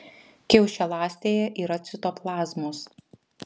kiaušialąstėje yra citoplazmos